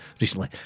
recently